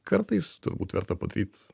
kartais turbūt verta padaryt